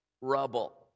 rubble